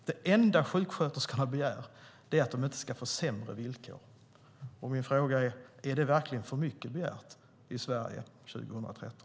Det enda sjuksköterskorna begär är att de inte ska få sämre villkor. Min fråga är: Är det verkligen för mycket begärt i Sverige 2013?